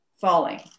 falling